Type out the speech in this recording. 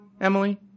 Emily